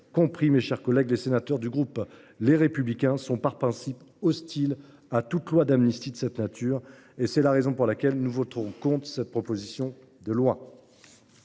compris, mes chers collègues, les sénateurs du groupe Les Républicains sont par principe hostiles à toute loi d’amnistie de cette nature, et c’est la raison pour laquelle ils voteront contre cette proposition de loi.